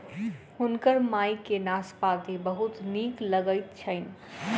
हुनकर माई के नाशपाती बहुत नीक लगैत छैन